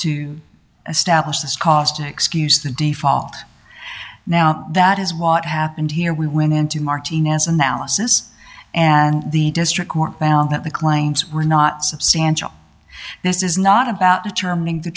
to establish this cost excuse the default now that is what happened here we went into martinez analysis and the district court found that the claims were not substantial this is not about determining the